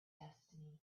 destiny